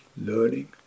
learning